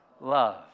love